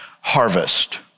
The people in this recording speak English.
harvest